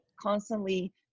constantly